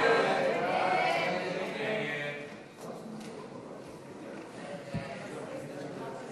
ההסתייגות של קבוצת סיעת המחנה